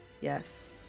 yes